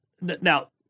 now